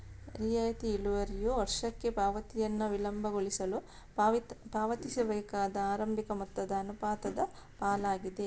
ರಿಯಾಯಿತಿ ಇಳುವರಿಯು ವರ್ಷಕ್ಕೆ ಪಾವತಿಯನ್ನು ವಿಳಂಬಗೊಳಿಸಲು ಪಾವತಿಸಬೇಕಾದ ಆರಂಭಿಕ ಮೊತ್ತದ ಅನುಪಾತದ ಪಾಲಾಗಿದೆ